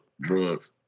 drugs